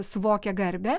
suvokia garbę